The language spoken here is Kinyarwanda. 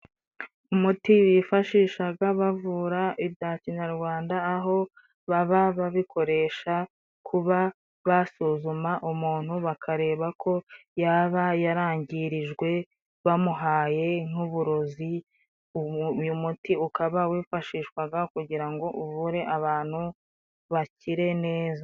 Umuti bifashishaga bavura ibya kinyarwanda, aho baba babikoresha kuba basuzuma umuntu bakarebako yaba yarangirijwe bamuhaye nk'uburozi, uyu muti ukaba wifashishwaga kugira ngo uvure abantu bakire neza.